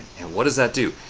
and what does that do?